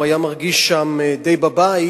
הוא היה מרגיש שם די בבית,